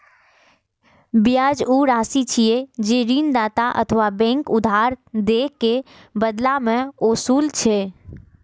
ब्याज ऊ राशि छियै, जे ऋणदाता अथवा बैंक उधार दए के बदला मे ओसूलै छै